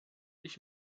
ich